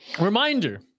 Reminder